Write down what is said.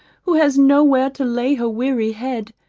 who has no where to lay her weary head,